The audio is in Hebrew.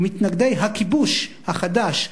ומתנגדי הכיבוש החדש,